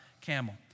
camel